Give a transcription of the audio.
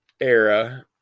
era